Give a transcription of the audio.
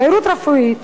תיירות רפואית